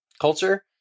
culture